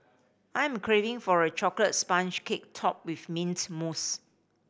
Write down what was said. I am craving for a chocolate sponge cake topped with mint mousse